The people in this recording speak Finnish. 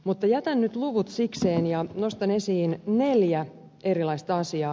mutta jätän nyt luvut sikseen ja nostan esiin neljä erilaista asiaa